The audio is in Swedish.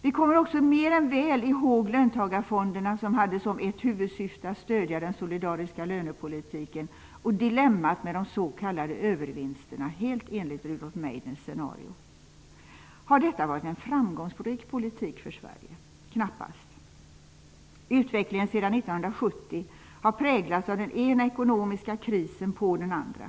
Vi kommer också mer än väl ihåg löntagarfonderna, som hade som ett huvudsyfte att stödja den solidariska lönepolitiken, och dilemmat med de s.k. övervinsterna, helt enligt Rudolf Har detta varit en framgångsrik politik för Sverige? Knappast. Utvecklingen sedan 1970 har präglats av den ena ekonomiska krisen på den andra.